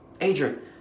Adrian